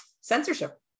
censorship